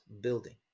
building